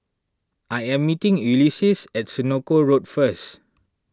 I am meeting Ulysses at Senoko Road first